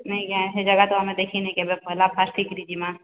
ନାଇଁଗା ସେହି ଜାଗା ତ ଆମେ ଦେଖିନାହିଁ କେବେ ପହିଲା ଫାଷ୍ଟ ହେଇକିରି ଯିମା